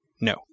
No